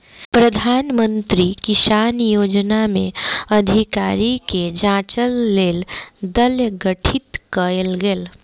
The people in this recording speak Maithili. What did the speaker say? प्रधान मंत्री किसान योजना में अधिकारी के जांचक लेल दल गठित कयल गेल